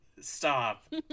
Stop